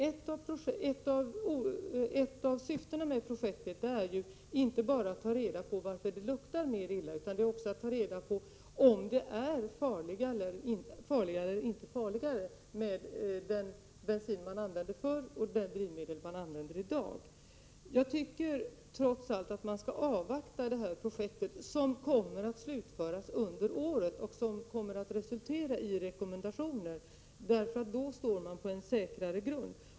Ett av syftena med det projekt jag har talat om tidigare är att man skall ta reda på inte bara varför det luktar sämre, utan också om det drivmedel man använder i dag är farligare än det man använde förr. Jag tycker trots allt att man skall avvakta detta projekt, som kommer att slutföras under året och som kommer att resultera i rekommendationer. Då står man på en säkrare grund.